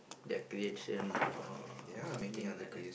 declaration or something like that